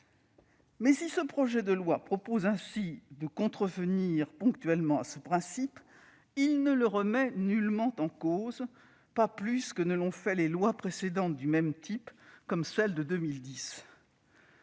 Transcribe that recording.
Mais si ce projet de loi tend à contrevenir ponctuellement à ce principe, il ne le remet nullement en cause, pas plus que ne l'ont fait les lois précédentes du même type, comme celle de 2010.